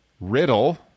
riddle